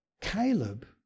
Caleb